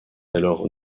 alors